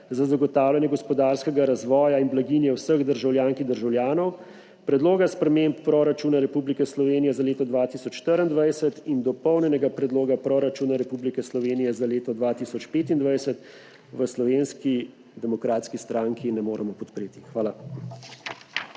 za zagotavljanje gospodarskega razvoja in blaginje vseh državljank in državljanov, Predloga sprememb proračuna Republike Slovenije za leto 2024 in Dopolnjenega predloga proračuna Republike Slovenije za leto 2025 v Slovenski demokratski stranki ne moremo podpreti. Hvala.